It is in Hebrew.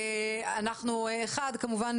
אנחנו דבר ראשון כמובן,